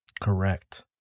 Correct